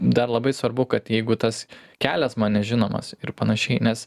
dar labai svarbu kad jeigu tas kelias man nežinomas ir panašiai nes